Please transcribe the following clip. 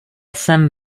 jsem